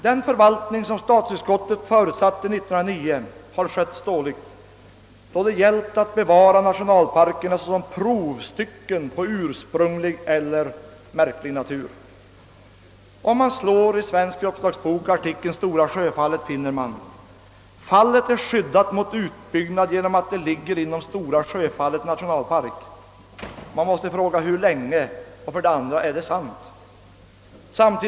Den förvaltning som statsutskottet år 1909 förutsatte har skötts dåligt då det gällt att bevara nationalparkerna »så som profstycken på ursprunglig eller märklig natur». Om man slår i Svensk Uppslagsbok, artikeln Stora Sjöfallet, finner man: »Fallet är skyddat mot utbyggnad genom att det ligger inom Stora Sjöfallets nationalpark.» Man måste för det första fråga: Hur länge? För det andra måste man fråga: Är det sant?